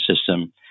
system